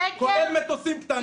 כולל מטוסים קטנים.